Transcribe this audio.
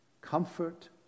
Comfort